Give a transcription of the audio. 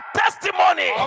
testimony